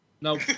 No